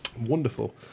Wonderful